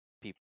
people